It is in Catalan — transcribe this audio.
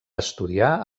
estudiar